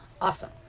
Awesome